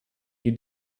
you